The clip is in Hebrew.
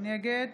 נגד